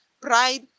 Pride